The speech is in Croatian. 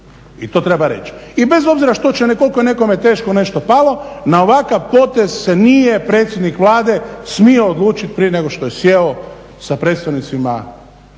i to treba reći. I bez obzira koliko je nekome teško nešto palo na ovakav potez se nije predsjednik Vlade smio odlučit prije nego što je sjeo sa predstavnicima